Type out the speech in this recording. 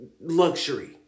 luxury